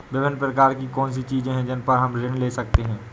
विभिन्न प्रकार की कौन सी चीजें हैं जिन पर हम ऋण ले सकते हैं?